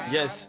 Yes